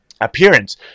appearance